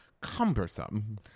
cumbersome